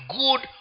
good